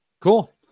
cool